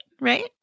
Right